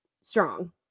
strong